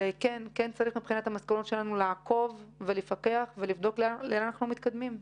צריך לעקוב ולפקח ולראות לאן אנחנו מתקדמים.